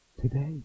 today